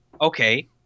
okay